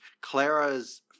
Clara's